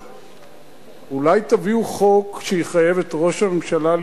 אולי תביאו חוק שיחייב את ראש הממשלה לבנות בירושלים?